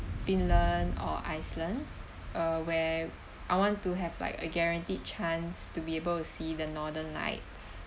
finland or iceland err where I want to have like a guaranteed chance to be able to see the northern lights